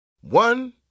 One